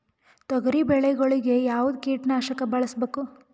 ತೊಗರಿಬೇಳೆ ಗೊಳಿಗ ಯಾವದ ಕೀಟನಾಶಕ ಬಳಸಬೇಕು?